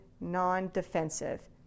non-defensive